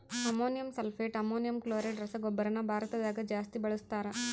ammonium sulphate, ammonium chloride ರಸಗೊಬ್ಬರನ ಭಾರತದಗ ಜಾಸ್ತಿ ಬಳಸ್ತಾರ